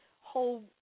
whole